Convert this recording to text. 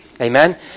Amen